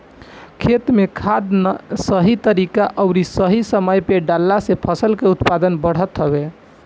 खेत में खाद सही तरीका अउरी सही समय पे डालला से फसल के उत्पादन बढ़त हवे